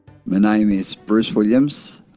my name is bruce williams.